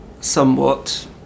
somewhat